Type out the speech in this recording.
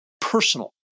personal